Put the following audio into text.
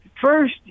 First